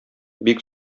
бик